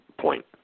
point